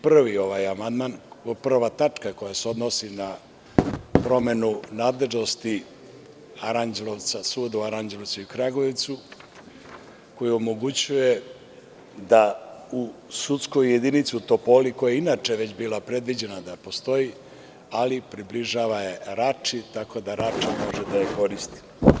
Prva tačka koja se odnosi na promenu nadležnosti suda u Aranđelovcu i Kragujevcu, koji omogućuje da u sudskoj jedinici u Topoli, koja je inače već bila predviđena da postoji, ali približava je Rači, tako da Rača može da je koristi.